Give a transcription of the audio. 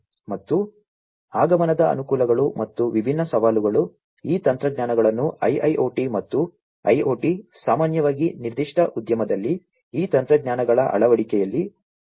ಮತ್ತು ಆಗಮನದ ಅನುಕೂಲಗಳು ಮತ್ತು ವಿಭಿನ್ನ ಸವಾಲುಗಳು ಈ ತಂತ್ರಜ್ಞಾನಗಳನ್ನು IIoT ಮತ್ತು IoT ಸಾಮಾನ್ಯವಾಗಿ ನಿರ್ದಿಷ್ಟ ಉದ್ಯಮದಲ್ಲಿ ಈ ತಂತ್ರಜ್ಞಾನಗಳ ಅಳವಡಿಕೆಯಲ್ಲಿ ಎದುರಿಸಬೇಕಾಗುತ್ತದೆ